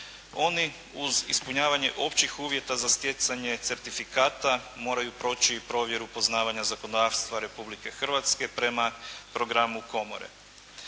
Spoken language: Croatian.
Oni uz ispunjavanje općih uvjeta za stjecanje certifikata moraju proći i provjeru poznavanja zakonodavstva Republike Hrvatske prema programu komore.